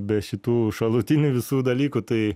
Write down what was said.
be šitų šalutinių visų dalykų tai